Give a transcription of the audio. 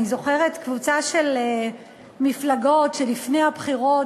אני זוכרת קבוצה של מפלגות שלפני הבחירות